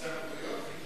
כן,